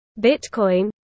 Bitcoin